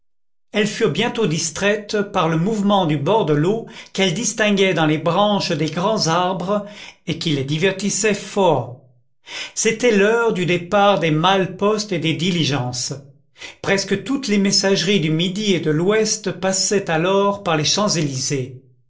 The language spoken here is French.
elles furent bientôt distraites par le mouvement du bord de l'eau qu'elles distinguaient dans les branches des grands arbres et qui les divertissait fort c'était l'heure du départ des malles poste et des diligences presque toutes les messageries du midi et de l'ouest passaient alors par les champs-élysées